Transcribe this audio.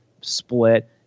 split